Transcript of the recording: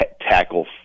tackle